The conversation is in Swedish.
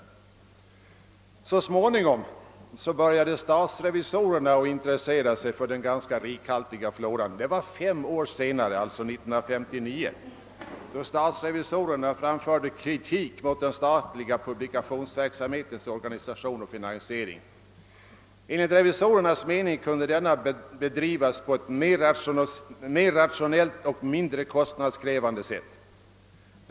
Fem år senare, alltså 1959, började stats revisorerna intressera sig för den ganska rikhaltiga floran av tidskrifter och framförde kritik mot den statliga publikationsverksamhetens organisation och finansiering. Enligt revisorernas mening kunde denna bedrivas på ett mera rationellt och mindre kostnadskrävande sätt.